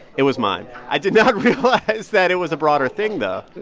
it was mine. i did not realize that it was a broader thing, though